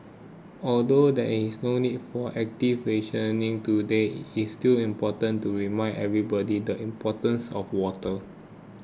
although there is no need for active rationing today it is still important to remind everybody the importance of water